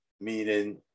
Meaning